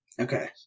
Okay